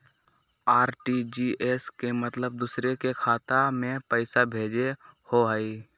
RTGS के मतलब दूसरे के खाता में पईसा भेजे होअ हई?